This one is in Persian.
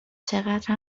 چقدر